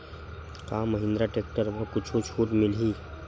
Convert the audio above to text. का महिंद्रा टेक्टर म कुछु छुट मिलही?